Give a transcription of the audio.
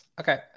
Okay